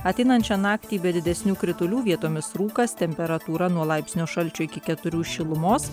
ateinančią naktį be didesnių kritulių vietomis rūkas temperatūra nuo laipsnio šalčio iki keturių šilumos